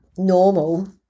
normal